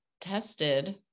tested